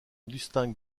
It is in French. distingue